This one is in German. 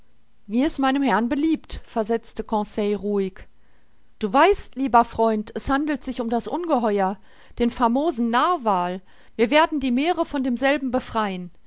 wie es meinem herrn beliebt versetzte conseil ruhig du weißt lieber freund es handelt sich um das ungeheuer den famosen narwal wir werden die meere von demselben befreien